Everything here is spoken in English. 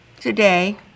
Today